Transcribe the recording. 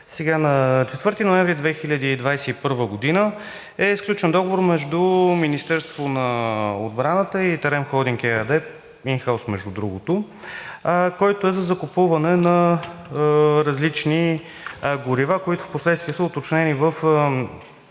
На 4 ноември 2021 г. е сключен договор между Министерството на отбраната и „Терем холдинг“ ЕАД, ин хаус, между другото, който е за закупуване на различни горива, които впоследствие са уточнени в